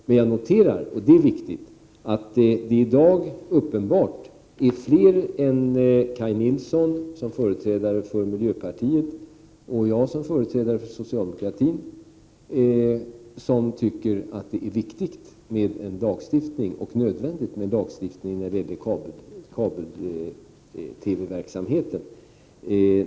Men jag noterar — och detta är viktigt - att det i dag är uppenbart fler än Kaj Nilsson, som företrädare för 55 miljöpartiet, och jag, som företrädare för socialdemokratin, som tycker att det är viktigt och nödvändigt med en lagstiftning när det gäller kabel-TV verksamheten.